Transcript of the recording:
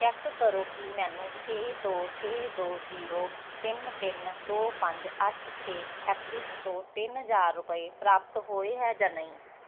check ਕਰੋ ਕਿ ਮੈਨੂੰ ਛੇ ਦੋ ਛੇ ਦੋ ਜੀਰੋ ਤਿੰਨ ਤਿੰਨ ਦੋ ਪੰਜ ਅੱਠ ਛੇ ਐਕਸਿਸ ਤੋਂ ਤਿੰਨ ਹਜ਼ਾਰ ਰੁਪਏ ਪ੍ਰਾਪਤ ਹੋਏ ਹੈ ਜਾਂ ਨਹੀਂ